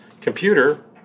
Computer